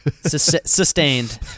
Sustained